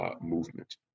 movement